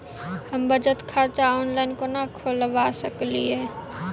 हम बचत खाता ऑनलाइन खोलबा सकलिये?